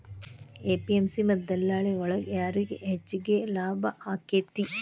APMC ಮತ್ತ ದಲ್ಲಾಳಿ ಒಳಗ ಯಾರಿಗ್ ಹೆಚ್ಚಿಗೆ ಲಾಭ ಆಕೆತ್ತಿ?